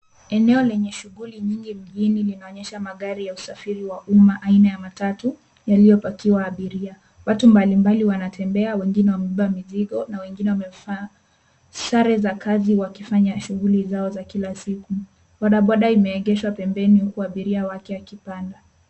Eneo lenye shughuli nyingi mjini, linaonyesha magari ya usafiri wa umma aina ya matatu, yaliyopakiwa abiria. Watu mbali mbali wanatembea, wengine wamebeba mizigo, na wengine wamevaa sare za kazi wakifanya shughuli zao za kila siku. Bodaboda imeegeshwa pembeni, huku abiria wake akipanda.